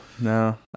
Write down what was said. no